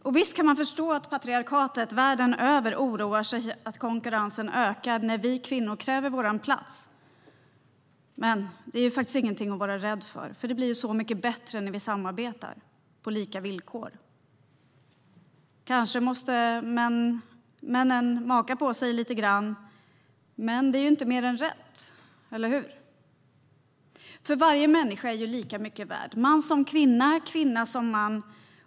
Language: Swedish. Och visst kan man förstå att patriarkatet världen över oroar sig för att konkurrensen ökar när vi kvinnor kräver vår plats. Men det är faktiskt ingenting att vara rädd för. Det blir ju så mycket bättre när vi samarbetar på lika villkor. Kanske måste männen maka på sig lite grann, men det är ju inte mer än rätt. Eller hur? Varje människa är ju lika mycket värd - man som kvinna, kvinna som man.